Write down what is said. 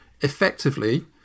effectively